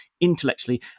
intellectually